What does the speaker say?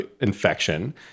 infection